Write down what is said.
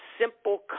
simple